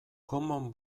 common